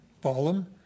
Balaam